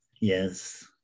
yes